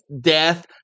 death